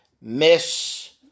miss